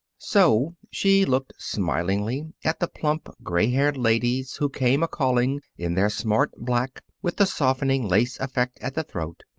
so she looked smilingly at the plump, gray-haired ladies who came a-calling in their smart black with the softening lace-effect at the throat,